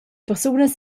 persunas